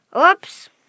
Oops